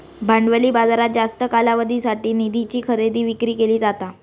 भांडवली बाजारात जास्त कालावधीसाठी निधीची खरेदी विक्री केली जाता